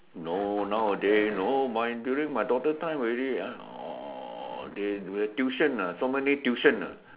no nowadays no my during my daughter time already ah uh they tuition ah so many tuition ah